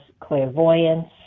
clairvoyance